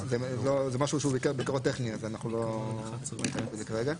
זה משהו טכני אז לא נקריא את זה כרגע.